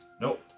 Nope